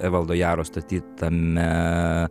evaldo jaro statytame